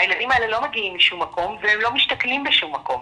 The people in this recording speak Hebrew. הילדים האלה לא מגיעים משום מקום והם לא משתכנים בשום מקום.